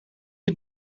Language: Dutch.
het